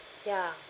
ya